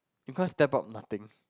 you can't step up nothing